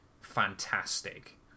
fantastic